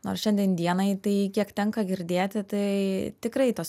nors šiandien dienai tai kiek tenka girdėti tai tikrai tos